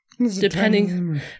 Depending